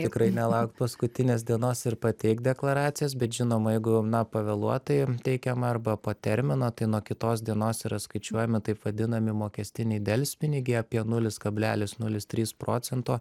tikrai nelaukt paskutinės dienos ir pateikt deklaracijas bet žinoma jeigu na pavėluotai teikiama arba po termino tai nuo kitos dienos yra skaičiuojami taip vadinami mokestiniai delspinigiai apie nulis kablelis nulis trys procento